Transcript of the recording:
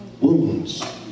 Wounds